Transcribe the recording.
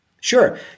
Sure